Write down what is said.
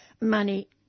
money